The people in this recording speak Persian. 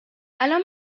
الان